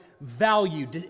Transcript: value